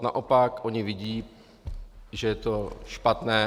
Naopak oni vidí, že je to špatné.